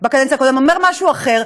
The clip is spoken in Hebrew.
בקדנציה הקודמת, אומר משהו אחר,